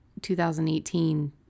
2018